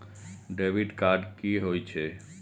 Debit card की होय छेय?